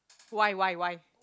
why why why